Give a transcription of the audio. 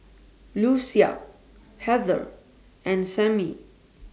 Lucia Heather and Samie